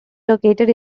located